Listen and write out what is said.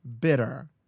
bitter